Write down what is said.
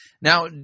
Now